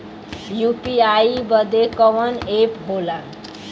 UPI बदे कवन app होला?